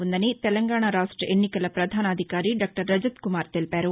ఉందని తెలంగాణ రాష్ట ఎన్నికల పధానాధికారి దాక్టర్ రజత్కుమార్ తెలిపారు